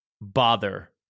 bother